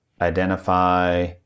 identify